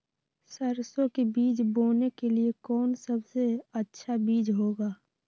सरसो के बीज बोने के लिए कौन सबसे अच्छा बीज होगा?